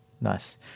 nice